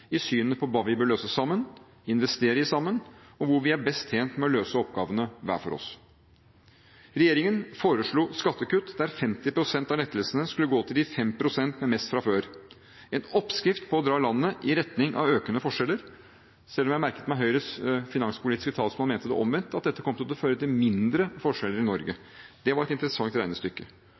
i synet på hva vi bør løse sammen, investere i sammen – og hvor vi er best tjent med å løse oppgavene hver for oss. Regjeringen foreslo skattekutt, der 50 pst. av lettelsene skulle gå til de 5 pst. som har mest fra før, en oppskrift på å dra landet i retning av økende forskjeller, selv om jeg merket meg Høyres finanspolitiske talsmann mente det var omvendt, at dette kom til å føre til mindre forskjeller i Norge – det var et interessant regnestykke.